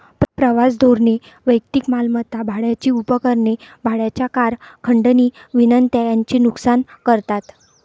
प्रवास धोरणे वैयक्तिक मालमत्ता, भाड्याची उपकरणे, भाड्याच्या कार, खंडणी विनंत्या यांचे नुकसान करतात